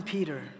Peter